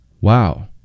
Wow